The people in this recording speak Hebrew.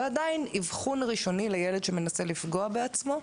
ועדיין אבחון ראשוני לילד שמנסה לפגוע בעצמו,